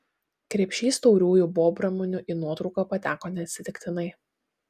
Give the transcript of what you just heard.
krepšys tauriųjų bobramunių į nuotrauką pateko neatsitiktinai